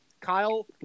Kyle